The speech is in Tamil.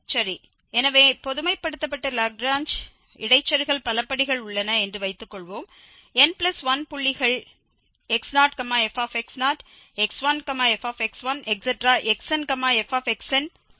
சரி எனவே பொதுமைப்படுத்தப்பட்ட லாக்ரேஞ்ச் இடைச்செருகல் பலபடிகள் உள்ளன என்று வைத்துக்கொள்வோம் n1 புள்ளிகள் x0fx0x1fx1xnfxn ஆக கொடுக்கப்பட்டுள்ளன